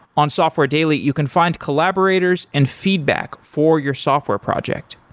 on software daily, you can find collaborators and feedback for your software project.